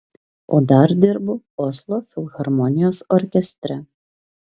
o dar dirbu oslo filharmonijos orkestre